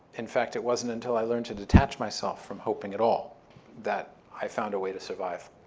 in fact, it wasn't until i learned to detach myself from hoping at all that i found a way to survive.